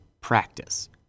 practice